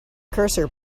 cursor